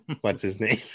What's-His-Name